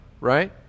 right